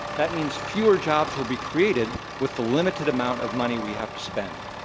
that means fewer jobs will be created with the limited amount of money we have to spend.